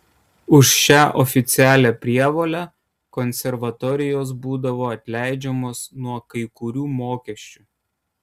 už šią oficialią prievolę konservatorijos būdavo atleidžiamos nuo kai kurių mokesčių